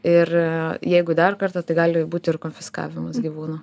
ir jeigu dar kartą tai gali būt ir konfiskavimas gyvūno